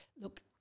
look